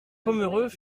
pomereux